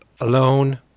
alone